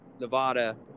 Nevada